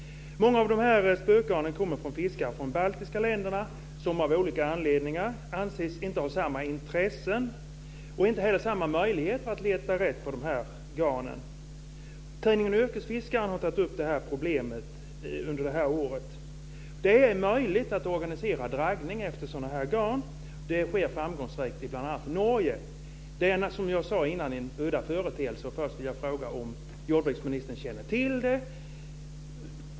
Många av spökgarnen kommer från fiskare från de baltiska länderna som av olika anledningar inte har intresse och möjlighet att leta rätt på garnen. Tidningen Yrkesfiskaren har tagit upp problemet under året. Det är möjligt att organisera draggning efter sådana här garn. Det sker framgångsrikt bl.a. i Som jag sade i början är det här en udda företeelse. Jag vill först fråga om jordbruksministern känner till detta.